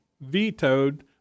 vetoed